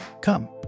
Come